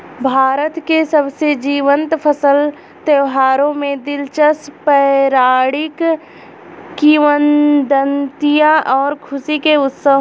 भारत के सबसे जीवंत फसल त्योहारों में दिलचस्प पौराणिक किंवदंतियां और खुशी के उत्सव है